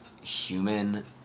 human